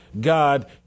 God